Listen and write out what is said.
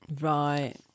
Right